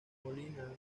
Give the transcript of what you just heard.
molina